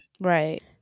right